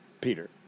Peter